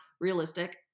realistic